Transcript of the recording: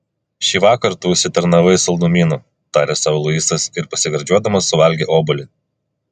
šįvakar tu užsitarnavai saldumynų tarė sau luisas ir pasigardžiuodamas suvalgė obuolį